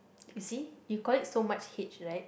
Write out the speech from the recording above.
you see you call it so much H right